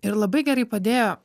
ir labai gerai padėjo